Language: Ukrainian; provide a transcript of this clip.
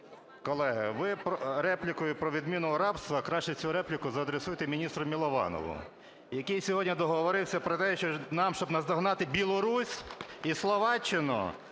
Колеги, ви реплікою про відміну рабства, краще цю репліку адресуйте міністру Милованову, який сьогодні договорився про те, що нам, щоб наздогнати Білорусь і Словаччину,